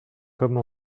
comme